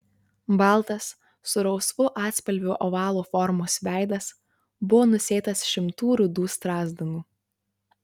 baltas su rausvu atspalviu ovalo formos veidas buvo nusėtas šimtų rudų strazdanų